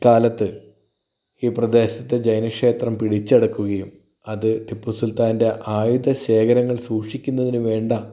കാലത്തു ഈ പ്രദേശത്തു ജൈനിക്ഷേത്രം പിടിച്ചടക്കുകയും അത് ടിപ്പു സൂൽത്താൻ്റെ ആയുധ ശേഖരങ്ങൾ സൂക്ഷിക്കുന്നതിന് വേണ്ട